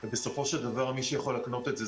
ובסופו של דבר מי שיכול להקנות את זה,